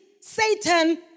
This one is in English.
Satan